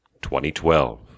2012